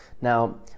Now